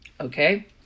Okay